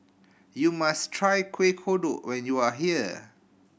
you must try Kueh Kodok when you are here